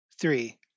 three